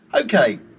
okay